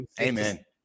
Amen